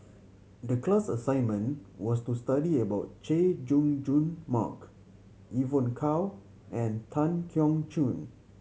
the class assignment was to study about Chay Jung Jun Mark Evon Kow and Tan Keong Choon